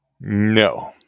No